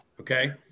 okay